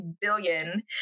billion